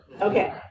Okay